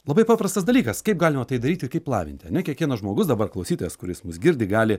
labai paprastas dalykas kaip galima tai daryt ir kaip lavinti ane kiekvienas žmogus dabar klausytojas kuris mus girdi gali